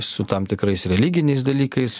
su tam tikrais religiniais dalykais